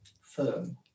firm